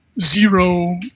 zero